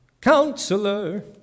counselor